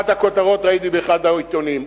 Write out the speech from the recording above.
ראיתי באחת הכותרות באחד העיתונים,